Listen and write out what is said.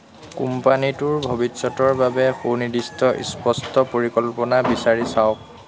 কোম্পানীটোৰ ভৱিষ্যতৰ বাবে সুনিৰ্দিষ্ট স্পষ্ট পৰিকল্পনা বিচাৰি চাওক